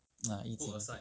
ah yiqing p~